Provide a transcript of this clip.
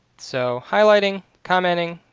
so highlighting, commenting,